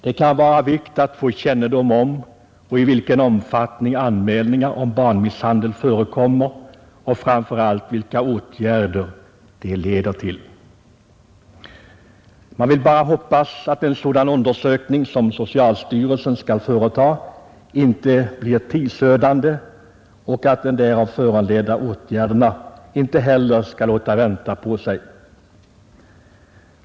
Det kan vara av vikt att få kännedom om i vilken omfattning anmälningar om barnmisshandel förekommer och framför allt vilka åtgärder de leder till. Jag vill bara hoppas att en sådan undersökning som socialstyrelsen skall företa inte blir tidsödande och att de därav föranledda åtgärderna inte heller skall låta vänta på sig.